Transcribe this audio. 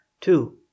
Two